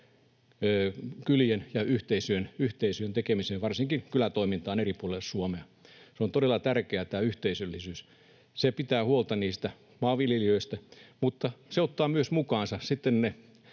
kylien ja yhteisöjen yhteiseen tekemiseen, varsinkin kylätoimintaan eri puolille Suomea. Yhteisöllisyys on todella tärkeää. Se pitää huolta niistä maanviljelijöistä, mutta se ottaa myös mukaansa niiden